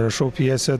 rašau pjesę